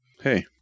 Hey